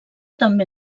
també